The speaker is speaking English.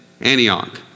Antioch